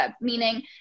meaning